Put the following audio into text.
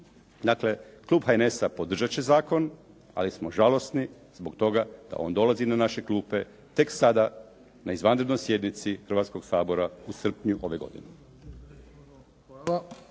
Dakle klub HNS-a podržat će zakon, ali smo žalosni zbog toga da on dolazi na naše klupe tek sada na izvanrednoj sjednici Hrvatskog sabora u srpnju ove godine.